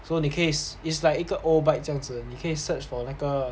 so 你可以 it's like 一个 O bike 这样子你可以 search for like 那个